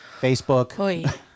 Facebook